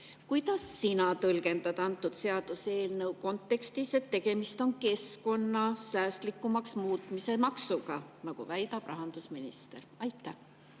Kuidas sina tõlgendad antud seaduseelnõu kontekstis seda, et tegemist on keskkonna säästlikumaks muutmise maksuga, nagu väidab rahandusminister? Aitäh,